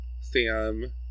Sam